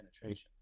penetration